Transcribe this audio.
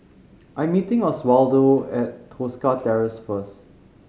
I'm meeting Oswaldo at Tosca Terrace first